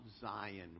Zion